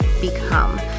become